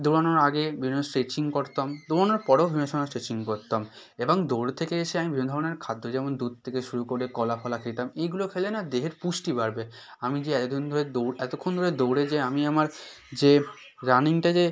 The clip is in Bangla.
দৌড়ানোর আগে বিভিন্ন স্ট্রেচিং করতাম দৌড়ানোর পরেও বিভিন্ন সময় স্ট্রেচিং করতাম এবং দৌড় থেকে এসে আমি বিভিন্ন ধরনের খাদ্য যেমন দুধ থেকে শুরু করে কলা ফলা খেতাম এইগুলো খেলে না দেহের পুষ্টি বাড়বে আমি যে এত দিন ধরে দৌড় এতক্ষণ ধরে দৌড়ে যে আমি আমার যে রানিংটা যে